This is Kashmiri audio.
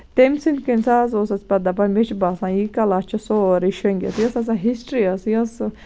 تٔمۍ سٔنٛدۍ حِسابہٕ اوس سُہ دَپان مےٚ چھُ باسان یہِ کَلاس چھُ سورُے شۅنٛگِتھ یۄس ہسا ہِسٹری ٲس یہِ ٲس